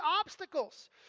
obstacles